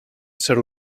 ésser